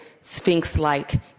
sphinx-like